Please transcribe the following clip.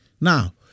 Now